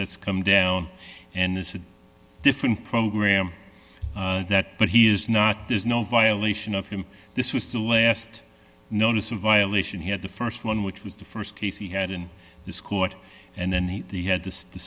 that's come down and there's a different program that but he is not there's no violation of him this was the last notice of violation he had the st one which was the st case he had in this court and then the had t